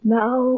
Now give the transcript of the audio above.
now